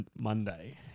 Monday